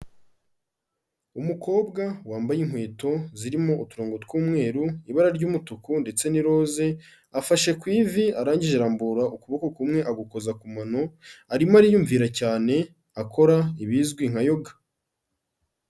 Umukobwa wambaye inkweto zirimo uturongo tw'umweru, ibara ry'umutuku ndetse n'iroze, afashe ku ivi arangije arambura ukuboko kumwe agukoza ku mano, arimo ariyumvira cyane akora ibizwi nka yoga.